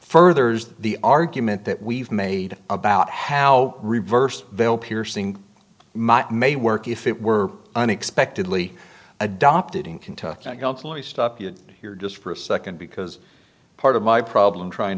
furthers the argument that we've made about how reverse veil piercing may work if it were unexpectedly adopted in kentucky here just for a second because part of my problem trying